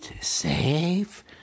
safe